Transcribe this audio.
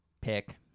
pick